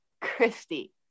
Christy